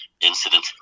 incident